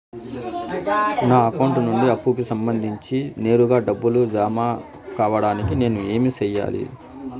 నా అకౌంట్ నుండి అప్పుకి సంబంధించి నేరుగా డబ్బులు జామ కావడానికి నేను ఏమి సెయ్యాలి?